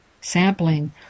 Sampling